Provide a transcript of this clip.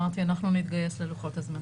אמרתי, אנחנו נתגייס ללוחות הזמנים.